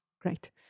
great